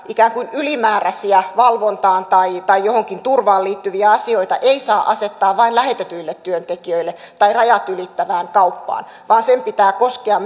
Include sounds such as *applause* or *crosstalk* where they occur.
ikään kuin ylimääräisiä valvontaan tai tai johonkin turvaan liittyviä asioita ei saa asettaa vain lähetetyille työntekijöille tai rajat ylittävään kauppaan vaan sen pitää koskea *unintelligible*